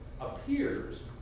appears